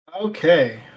Okay